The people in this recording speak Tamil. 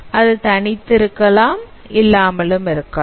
அது தனித்து இருக்கலாம் இல்லாமலும் இருக்கலாம்